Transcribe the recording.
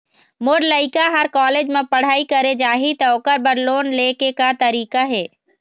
मोर लइका हर कॉलेज म पढ़ई करे जाही, त ओकर बर लोन ले के का तरीका हे?